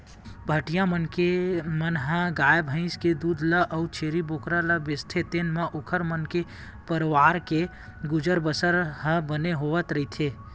पहाटिया मन ह गाय भइसी के दूद ल अउ छेरी बोकरा ल बेचथे तेने म ओखर मन के परवार के गुजर बसर ह बने होवत रहिथे